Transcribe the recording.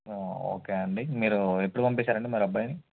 okay అండి మీరు ఎప్పుడు పంపిస్తారు అండి మరి అబ్బాయిని